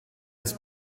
des